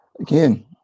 Again